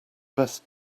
best